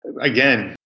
Again